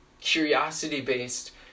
curiosity-based